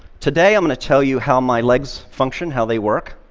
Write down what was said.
today, i'm going to tell you how my legs function, how they work,